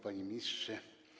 Panie Ministrze!